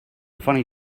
funny